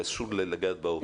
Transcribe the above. אסור לגעת בעובדים שלה.